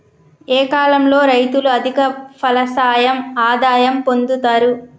ఏ కాలం లో రైతులు అధిక ఫలసాయం ఆదాయం పొందుతరు?